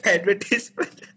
Advertisement